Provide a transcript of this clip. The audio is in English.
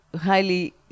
highly